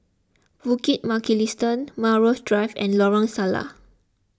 Bukit Mugliston Melrose Drive and Lorong Salleh